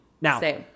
Now